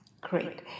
Great